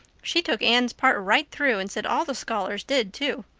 she took anne's part right through and said all the scholars did too.